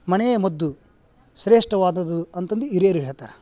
ಮನೆಯ ಮದ್ದು ಶ್ರೇಷ್ಠವಾದದ್ದು ಅಂತಂದು ಹಿರಿಯರು ಹೇಳ್ತಾರ